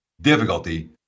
difficulty